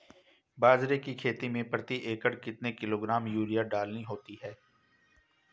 बाजरे की खेती में प्रति एकड़ कितने किलोग्राम यूरिया डालनी होती है?